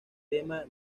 tema